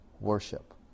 worship